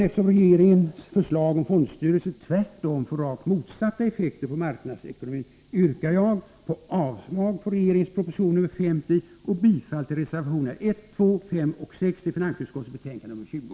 Eftersom regeringens förslag om fondstyrelser tvärtom får rakt motsatta effekter på marknadsekonomin, yrkar jag avslag på regeringens proposition nr 50 och bifall till reservationerna 1, 2, 5 och 6 som är fogade till finansutskottets betänkande nr 20.